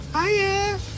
Hiya